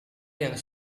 yang